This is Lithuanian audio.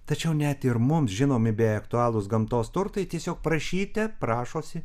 tačiau net ir mums žinomi bei aktualūs gamtos turtai tiesiog prašyte prašosi